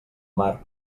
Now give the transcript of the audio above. mar